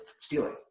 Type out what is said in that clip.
stealing